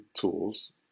tools